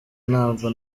ntabwo